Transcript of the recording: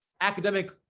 academic